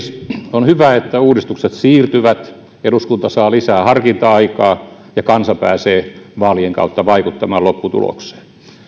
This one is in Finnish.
on hyvä että uudistukset siirtyvät eduskunta saa lisää harkinta aikaa ja kansa pääsee vaalien kautta vaikuttamaan lopputulokseen